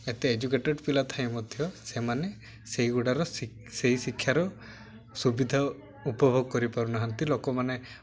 ଏତେ ଏଜୁକେଟେଡ଼ ପିଲା ଥାଏ ମଧ୍ୟ ସେମାନେ ସେଇଗୁଡ଼ାର ସେହି ଶିକ୍ଷାର ସୁବିଧା ଉପଭୋଗ କରିପାରୁନାହାଁନ୍ତି ଲୋକମାନେ